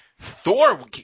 Thor